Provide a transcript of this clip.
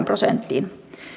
prosenttiin